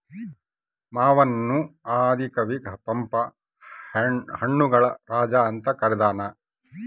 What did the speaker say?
ಮಾವನ್ನು ಆದಿ ಕವಿ ಪಂಪ ಹಣ್ಣುಗಳ ರಾಜ ಅಂತ ಕರದಾನ